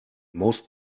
most